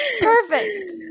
Perfect